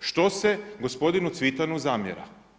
što se gospodinu Cvitanu zamjera.